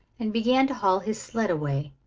and began to haul his sled away.